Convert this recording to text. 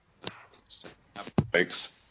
Thanks